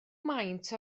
maint